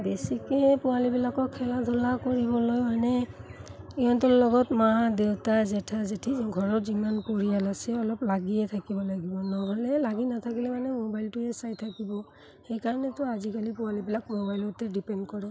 বেছিকৈ পোৱালিবিলাকক খেলা ধূলা কৰিবলৈ মানে ইহঁতৰ লগত মা দেউতা জেঠা জেঠি ঘৰত যিমান পৰিয়াল আছে অলপ লাগিয়ে থাকিব লাগিব নহ'লে লাগি নাথাকিলে মানে মোবাইলটোৱে চাই থাকিব সেইকাৰণেতো আজিকালি পোৱালিবিলাক মোবাইলতে ডিপেণ্ড কৰে